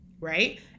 right